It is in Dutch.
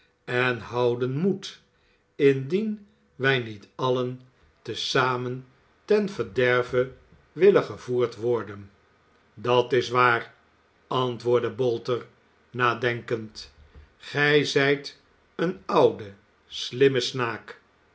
en houden moet indien wij niet allen te i zamen ten verderve willen gevoerd worden olivier twist dat is waar antwoordde botter nadenkend gij zijt een oude slimme snaak